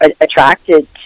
attracted